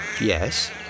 Yes